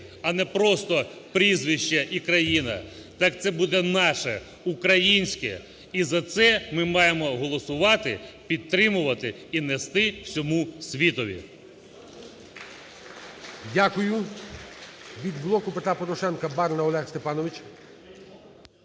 а не просто прізвище і країна, так це буде наше, українське і за це ми маємо голосувати, підтримувати і нести всьому світові.